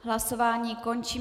Hlasování končím.